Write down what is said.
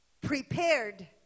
prepared